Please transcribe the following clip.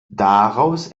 daraus